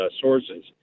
sources